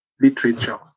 literature